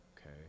okay